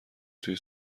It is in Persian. توی